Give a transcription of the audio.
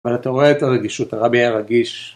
אבל אתה רואה את הרגישות הרבי היה רגיש.